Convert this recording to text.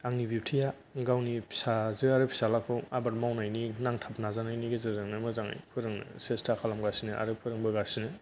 आंनि बिबथैआ गावनि फिसाजो आरो फिसालाखौ आबाद मावनायनि नांथाब नाजानायनि गेजेरजोंनो मोजाङै फोरोंनो सेस्ता खालामगासिनो आरो फोरोंबोगासिनो